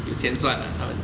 有钱赚啦他们